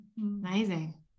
Amazing